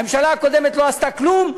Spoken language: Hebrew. הממשלה הקודמת לא עשתה כלום.